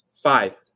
five